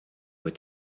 were